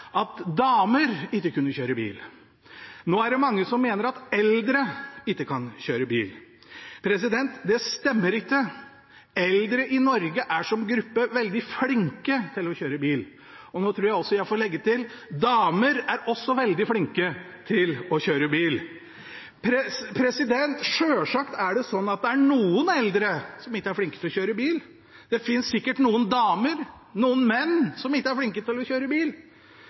at damer ikke kunne kjøre bil. Nå er det mange som mener at eldre ikke kan kjøre bil. Det stemmer ikke. Eldre i Norge er som gruppe veldig flinke til å kjøre bil, og nå tror jeg også jeg får legge til: Damer er også veldig flinke til å kjøre bil. Selvsagt er det noen eldre som ikke er flinke til å kjøre bil. Det finnes sikkert noen damer og noen menn som ikke er flinke til å kjøre bil.